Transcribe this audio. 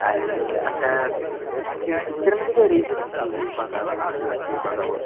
आणि असं पिच्चरमध्ये काही रेंज नाही की हे बघावं किंवा ते बघावं